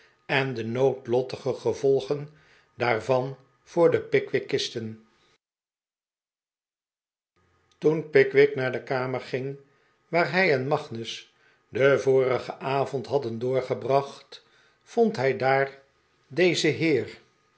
en de noodlottige gevolgen daarvan voor de pickwickisten toen pickwick naar de kamer ging waar hij en magnus den vorigen avond hadden doorgebracht vond hij daar dezen heer